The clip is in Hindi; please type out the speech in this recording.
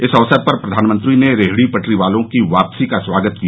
इस अवसर पर प्रधानमंत्री ने रेहडी पटरी वालों की वापसी का स्वागत किया